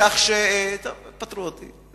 כך, טוב, יפטרו אותי,